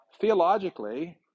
Theologically